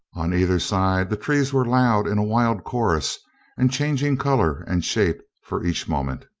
on either side the trees were loud in a wild chorus and changing color and shape for each mo ment.